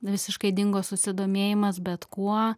visiškai dingo susidomėjimas bet kuo